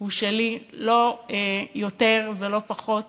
הוא שלי לא יותר ולא פחות